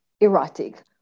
erotic